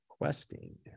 Requesting